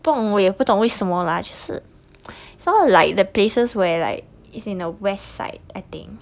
不懂我也不懂为什么啦就是 sound like the places where like is in the west side I think